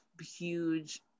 huge